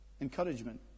encouragement